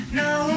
no